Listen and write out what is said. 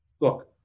Look